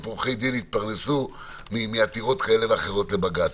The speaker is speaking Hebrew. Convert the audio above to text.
עורכי דין יתפרנסו מעתירות כאלה ואחרות לבג"ץ,